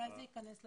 מתי זה ייכנס לתוקף?